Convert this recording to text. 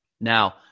Now